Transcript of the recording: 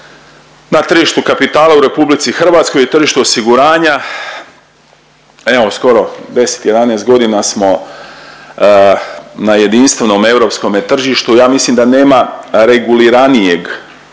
na tržištu kapitala u RH i tržištu osiguranja, evo skoro 10-11.g. smo na jedinstvenome europskome tržištu, ja mislim da nema reguliranijeg područja